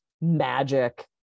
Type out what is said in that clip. magic